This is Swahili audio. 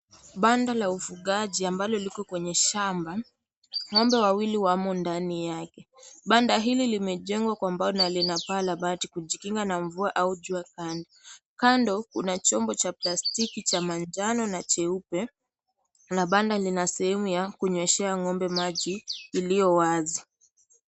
Bando la ufugaji ambalo liko kwenye shamba, ngombe wawili wako ndani yake, banda hili limejengwa kwa mbao na lina paa la bati, kujikinga na mvua au jua kali, kando kuna chombo cha plastiki, cha manjano na cheupe, na banda lina sehemu ya kunyeshea ngombe maji, iliyo wazi.